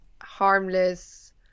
harmless